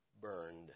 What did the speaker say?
burned